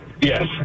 Yes